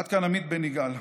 עד כאן עמית בן יגאל.